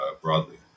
broadly